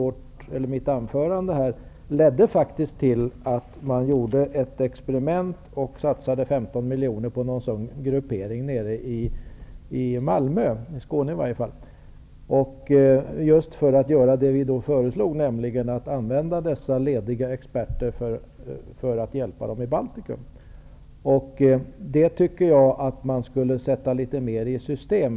Denna motion ledde till att man gjorde en experimentsatsning på 15 miljoner nere i Malmö just i syfte att åstadkomma det som vi motionärer föreslog, nämligen att man skulle använda lediga experter för att hjälpa människor i Baltikum. Detta borde sättas litet mer i system.